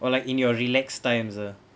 or like in your relax times ah